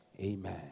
Amen